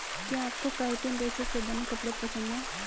क्या आपको काइटिन रेशे से बने कपड़े पसंद है